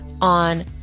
on